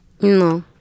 No